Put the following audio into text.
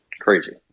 Crazy